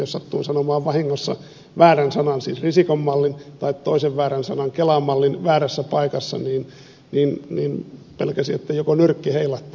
jos sattui sanomaan vahingossa väärän sanan risikon mallin tai toisen väärän sanan kelan mallin väärässä paikassa niin pelkäsi että joko nyrkki heilahtaa